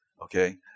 okay